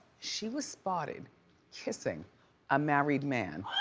she was spotted kissing a married man.